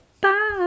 Bye